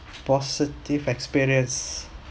positive experience